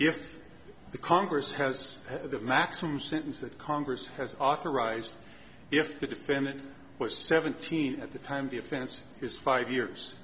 if the congress has the maximum sentence that congress has authorized if the defendant was seventeen at the time the offense is five years